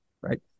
right